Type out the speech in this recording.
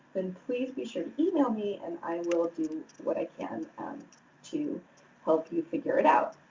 then please be sure to email me and i will do what i can um to help you figure it out.